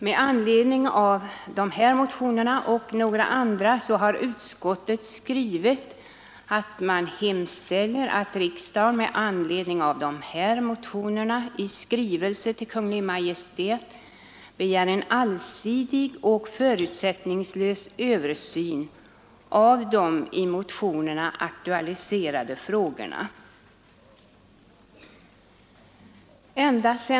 Med anledning av dessa och några andra motioner har utskottet hemställt att riksdagen i skrivelse till Kungl. Maj:t begär en allsidig och förutsättningslös översyn av de i motionerna aktualiserade frågorna. Jag hälsar detta med tillfredsställelse.